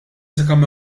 sakemm